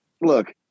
look